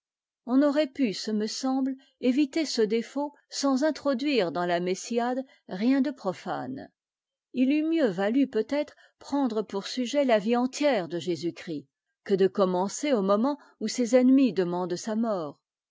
on aurait pu ce me semble éviter ce défaut sans introduire dans la em a e rien de profane il eût mieux valu peut-être prendre pour sujet la vie entière de jésus-christ que de commencer au moment où ses ennemis demandent sa mort